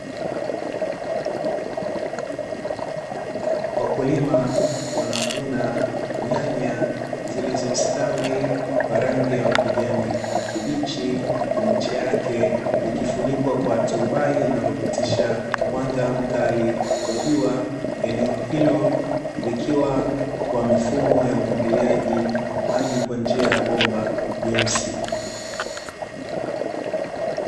Wakulima wanavuna nyanya zilizostawi kwa rangi ya ukijani kibichi na miche yake ikifunikwa na turubai linalopitisha mwanga mkali wa jua. Eneo hilo likiwa na mfumo wa umwagiliaji maji kwa njia ya bomba nyeusi.